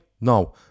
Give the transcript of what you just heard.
No